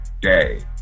day